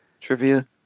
trivia